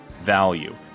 value